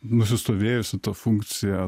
nusistovėjusi ta funkcija